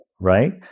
Right